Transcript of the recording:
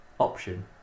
option